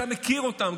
שאני מכיר אותם,